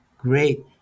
great